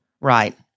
Right